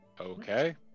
Okay